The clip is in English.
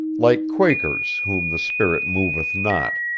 like quakers whom the spirit moveth not,